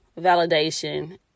validation